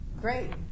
Great